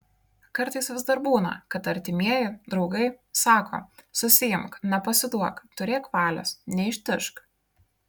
kartais vis dar būna kad artimieji draugai sako susiimk nepasiduok turėk valios neištižk